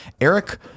Eric